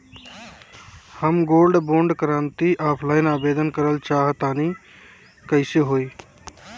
हम gold bond करंति offline आवेदन करल चाह तनि कइसे होई?